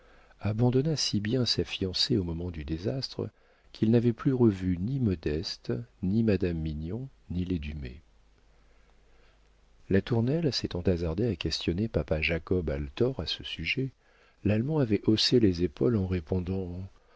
abandonna si bien sa fiancée au moment du désastre qu'il n'avait plus revu ni modeste ni madame mignon ni les dumay latournelle s'étant hasardé à questionner le papa jacob althor à ce sujet l'allemand avait haussé les épaules en répondant